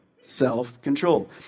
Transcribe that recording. self-control